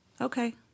okay